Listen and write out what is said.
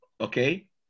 okay